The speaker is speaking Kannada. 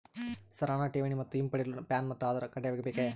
ಸರ್ ಹಣ ಠೇವಣಿ ಮತ್ತು ಹಿಂಪಡೆಯಲು ಪ್ಯಾನ್ ಮತ್ತು ಆಧಾರ್ ಕಡ್ಡಾಯವಾಗಿ ಬೇಕೆ?